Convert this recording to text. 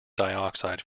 dioxide